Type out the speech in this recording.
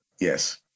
Yes